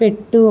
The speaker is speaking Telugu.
పెట్టు